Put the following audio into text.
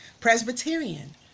Presbyterian